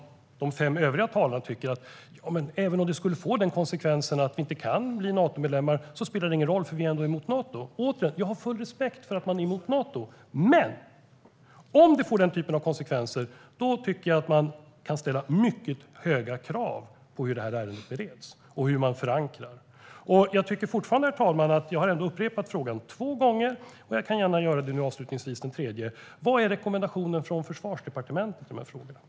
De fem övriga talarna tycker att även om det får den konsekvensen att vi inte kan bli Natomedlemmar spelar det inte någon roll, eftersom vi ändå är emot Nato. Återigen: Jag har full respekt att man är emot Nato. Men om det får den typen av konsekvenser kan man ställa mycket höga krav på hur ärendet bereds och hur man förankrar. Herr talman! Jag har ändå upprepat frågan två gånger, och jag kan gärna nu avslutningsvis göra det en tredje gång. Vad är rekommendationen från Försvarsdepartementet i dessa frågor?